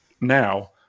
now